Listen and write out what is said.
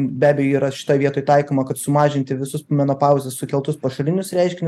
be abejo yra šitoj vietoj taikoma kad sumažinti visus menopauzės sukeltus pašalinius reiškinius